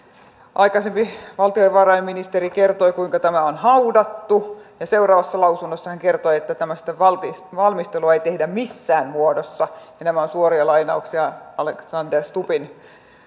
aikaisempi valtiovarainministeri kertoi kuinka tämä on haudattu ja seuraavassa lausunnossa hän kertoi että tämmöistä valmistelua ei tehdä missään muodossa nämä ovat suoria lainauksia alexander stubbin